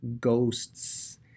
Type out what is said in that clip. ghosts